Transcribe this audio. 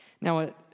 Now